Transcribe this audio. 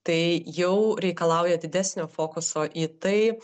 tai jau reikalauja didesnio fokuso į tai